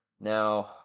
now